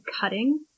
cutting